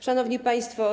Szanowni Państwo!